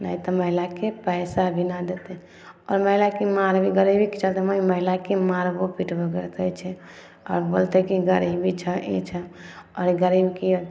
नहि तऽ महिलाके पैसा भी ने देतै आओर महिलाके मार भी गरीबीके चलते महिलाके मारबो पिटबो करैत रहै छै आओर बोलतै कि गरीबी छऽ ई छऽ आओर गरीबके